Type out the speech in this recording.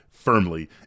Firmly